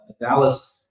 Dallas